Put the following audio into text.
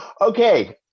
Okay